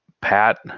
Pat